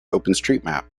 openstreetmap